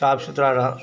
साफ सुथरा रह